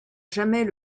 jamais